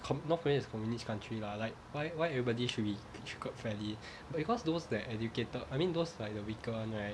north korea is a communist country lah like why why everybody should treated fairly because those that educated I mean those like the weaker one right